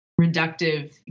reductive